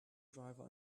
driver